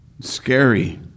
Scary